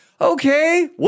okay